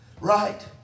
Right